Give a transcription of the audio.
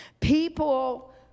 people